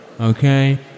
okay